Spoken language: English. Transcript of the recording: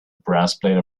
breastplate